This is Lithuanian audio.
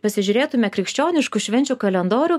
pasižiūrėtume krikščioniškų švenčių kalendorių